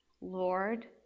Lord